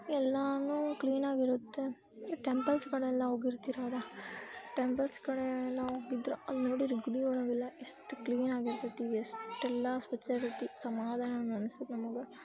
ಎಲ್ಲವೂ ಕ್ಲೀನಾಗಿರುತ್ತೆ ಟೆಂಪಲ್ಸ್ ಕಡೆಯೆಲ್ಲ ಹೋಗಿರ್ತೀರ ಹೌದಾ ಟೆಂಪಲ್ಸ್ ಕಡೆಯೆಲ್ಲ ಹೋಗಿದ್ರ ಅಲ್ಲಿ ನೋಡಿರೆ ಗುಡಿ ಒಳಗೆಲ್ಲ ಎಷ್ಟು ಕ್ಲೀನಾಗಿ ಇರ್ತೇತಿ ಎಷ್ಟೆಲ್ಲ ಸ್ವಚ್ಛ ಇರ್ತೈತಿ ಸಮಾಧಾನ ಅನ್ ಅನ್ಸುತ್ತೆ ನಮಗೆ